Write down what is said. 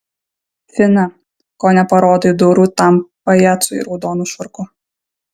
fina ko neparodai durų tam pajacui raudonu švarku